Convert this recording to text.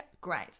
great